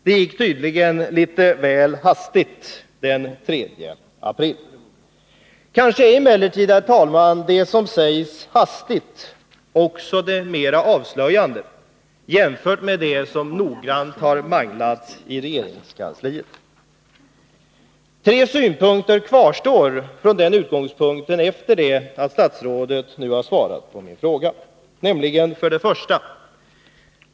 Det gick tydligen litet väl hastigt den 3 mars. Kanske är emellertid, herr talman, ett hastigt uttalande mera avslöjande jämfört med ett som noga har manglats i regeringskarisliet. Från denna utgångspunkt kvarstår tre synpunkter efter det att statsrådet nu har svarat på min fråga, nämligen: 1.